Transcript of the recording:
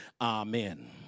Amen